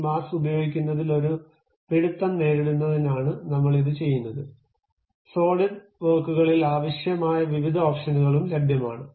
ഈ മൌസ് ഉപയോഗിക്കുന്നതിൽ ഒരു പിടുത്തം നേടുന്നതിനാണ് നമ്മൾ ഇത് ചെയ്യുന്നത് സോളിഡ് വർക്കുകളിൽ ആവിശ്യമായ വിവിധ ഓപ്ഷനുകളും ലഭ്യമാണ്